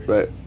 Right